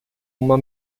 uma